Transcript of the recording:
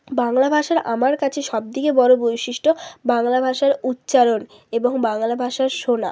বাংলা ভাষার আমার কাছে সব থেকে বড়ো বৈশিষ্ট্য বাংলা ভাষার উচ্চারণ এবং বাংলা ভাষা শোনা